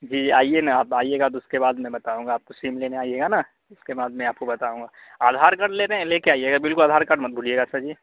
جی آئیے نا آپ آئیے گا تو اس کے بعد میں بتاؤں گا آپ کو سم لینے آئیے گا نا اس کے بعد میں آپ کو بتاؤں گا آدھار کارڈ لینے لے کے آئیے گا بالکل آدھار کارڈ مت بھولیے گا سر جی